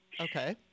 Okay